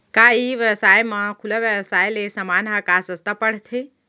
का ई व्यवसाय म खुला व्यवसाय ले समान ह का सस्ता पढ़थे?